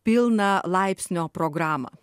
pilną laipsnio programą